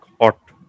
hot